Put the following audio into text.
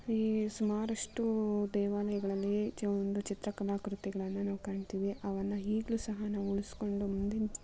ಈ ಸುಮಾರಷ್ಟು ದೇವಾಲಯಗಳಲ್ಲಿ ಒಂದು ಚಿತ್ರ ಕಲಾಕೃತಿಗಳನ್ನು ನಾವು ಕಾಣ್ತೀವಿ ಅವನ್ನು ಈಗಲೂ ಸಹ ನಾವು ಉಳಿಸ್ಕೊಂಡು ಮುಂದಿನ